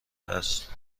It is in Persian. است